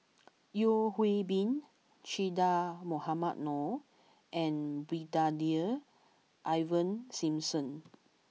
Yeo Hwee Bin Che Dah Mohamed Noor and Brigadier Ivan Simson